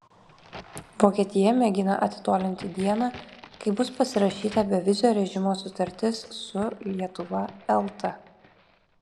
vokietija mėgina atitolinti dieną kai bus pasirašyta bevizio režimo sutartis su lietuva elta